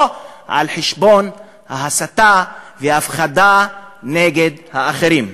על חשבון ההסתה וההפחדה נגד האחרים.